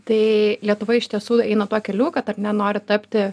tai lietuva iš tiesų eina tuo keliu kad ar ne nori tapti